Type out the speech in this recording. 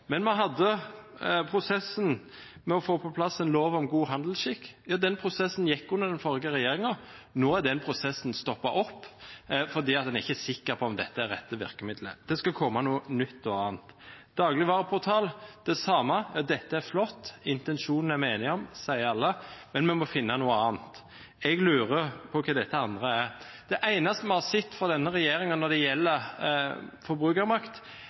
men vi hadde prosessen med å få på plass en lov om god handelsskikk. Den prosessen gikk under den forrige regjeringen. Nå har den prosessen stoppet opp fordi en ikke er sikker på om dette er det rette virkemidlet – det skal komme noe nytt og annet. Dagligvareportal: det samme, dette er flott, intensjonene er vi enige om, sier alle, men vi må finne noe annet. Jeg lurer på hva dette andre er. Det eneste vi har sett fra denne regjeringen når det gjelder forbrukermakt,